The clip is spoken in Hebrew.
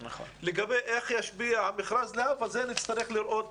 לגבי איך ישפיע המכרז להבא את זה נצטרך לראות